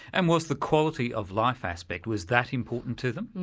and was the quality of life aspect, was that important to them?